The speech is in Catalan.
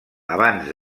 abans